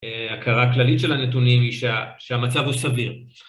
הכרה כללית של הנתונים היא שהמצב הוא סביר.